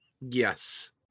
Yes